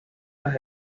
las